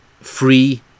free